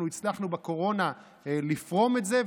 אנחנו הצלחנו בקורונה לפרום את זה,